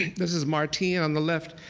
this is martine on the left.